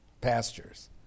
pastures